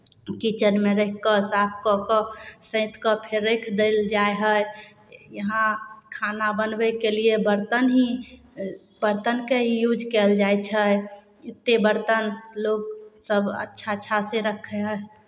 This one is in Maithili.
किचनमे राखि कऽ साफ कऽ कऽ सैँत कऽ फेर राखि देल जाइ हइ यहाँ खाना बनबैके लिए बरतन ही बरतनके ही यूज कयल जाइ छै एतेक बरतन लोकसभ अच्छा अच्छासँ रखै हइ